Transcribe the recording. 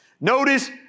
Notice